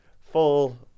full